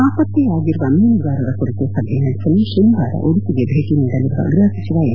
ನಾಪತ್ತೆಯಾಗಿರುವ ಮೀನುಗಾರರ ಕುರಿತು ಸಭೆ ನಡೆಸಲು ಶನಿವಾರ ಉಡುಪಿಗೆ ಭೇಟಿ ನೀಡಲಿರುವ ಗೃಹ ಸಚಿವ ಎಂ